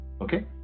okay